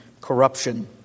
corruption